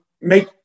make